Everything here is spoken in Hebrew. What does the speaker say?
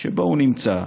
שבו הוא נמצא.